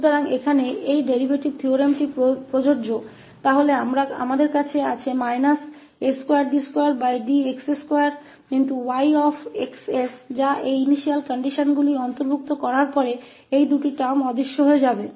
तो यहां यह डेरीवेटिव थ्योरम लागू होता है तो हमारे पास शून्य से a2d2dx2Yxs होता है जो इन प्रारंभिक शर्तों को शामिल करने के बाद ये दो शब्द गायब हो जाएंगे